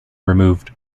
removed